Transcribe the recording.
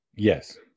Yes